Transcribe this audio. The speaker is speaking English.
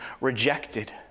rejected